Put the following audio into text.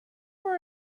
for